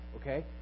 Okay